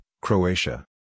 Croatia